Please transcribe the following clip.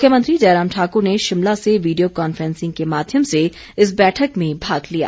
मुख्यमंत्री जयराम ठाकुर ने शिमला से वीडियो कांफ्रेंसिग के माध्यम से इस बैठक में भाग लिया